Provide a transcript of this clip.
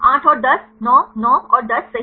आठ और 10 9 9 और 10 सही